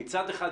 מצד אחד,